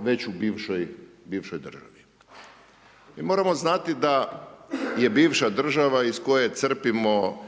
već u bivšoj državi. Moramo znati da je bivša država iz koje crpimo